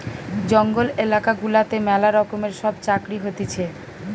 জঙ্গল এলাকা গুলাতে ম্যালা রকমের সব চাকরি হতিছে